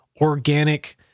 organic